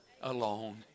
alone